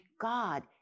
God